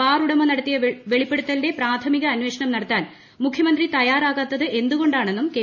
ബാർഉടമ നടത്തിയ വെളിപ്പെടുത്തലിൽ പ്രാഥമിക അന്വേഷണം നടത്താൻ മുഖ്യമന്ത്രി തയ്യാറാകാത്തത് എന്തുകൊണ്ടാണെന്നും കെ